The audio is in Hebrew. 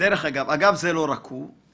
זה לא רק הוא.